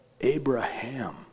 Abraham